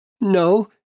No